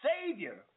Savior